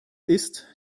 ist